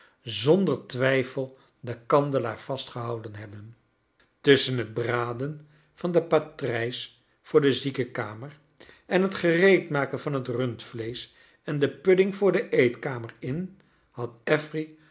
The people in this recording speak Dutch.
zonder twijfel den kandelaar vastgehouden hebben tusschen het braden van den patrijs voor de ziekenkamer en liet gereedmaken van het rundvleesch en den pudding voor de eetkamer in had